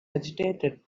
agitated